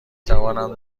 توانم